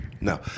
No